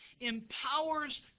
empowers